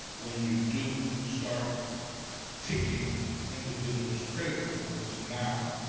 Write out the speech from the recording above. when you do start ticking individuals' credit reports now,